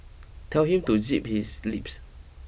tell him to zip his lips